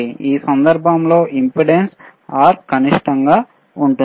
ఈ సందర్భంలో impedance R కనిష్టంగా ఉంటుంది